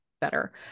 better